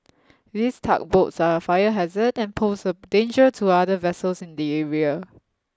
these tugboats are a fire hazard and pose a danger to other vessels in the area